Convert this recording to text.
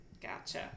gotcha